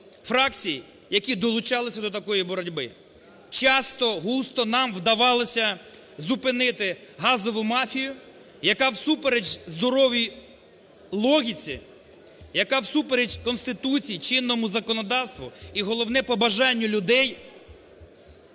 фракцій, які долучалися до такої боротьби, часто-густо нам вдавалося зупинити газову мафію, яка всупереч здоровій логіці, яка всупереч Конституції, чинному законодавству і головне – по бажанню людей